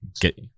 get